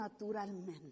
naturalmente